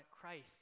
Christ